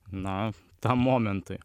na tam momentui